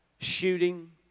Shooting